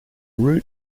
route